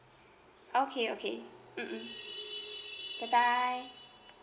okay okay mmhmm bye bye